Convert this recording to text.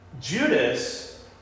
Judas